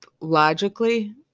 logically